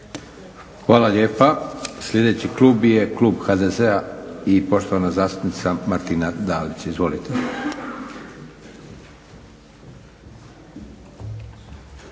Hvala lijepa. Sljedeći klub je klub HDZ-a i poštovana zastupnica Martina Dalić. Izvolite.